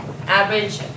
average